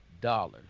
dollars